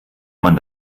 man